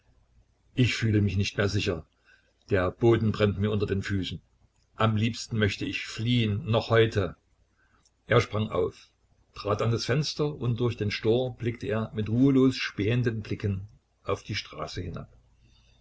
ich fühle mich nicht mehr sicher der boden brennt mir unter den füßen am liebsten möchte ich fliehen noch heute er sprang auf trat an das fenster und durch den store blickte er mit ruhelos spähenden blicken auf die straße hinab